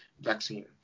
vaccine